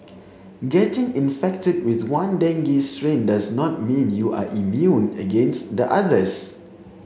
getting infected with one dengue strain does not mean you are immune against the others